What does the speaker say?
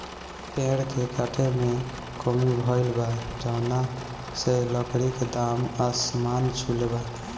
पेड़ के काटे में कमी भइल बा, जवना से लकड़ी के दाम आसमान छुले बा